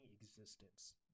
existence